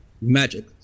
Magic